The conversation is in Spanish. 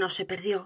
no se perdió